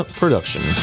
production